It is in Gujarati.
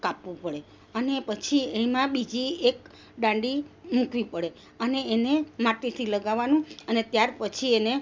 કાપવું પડે અને પછી એમાં બીજી એક દાંડી મૂકવી પડે અને એને માટીથી લગાવવાનું અને ત્યારપછી એને